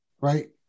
right